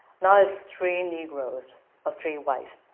not as three negroes or three whites,